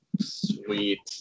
Sweet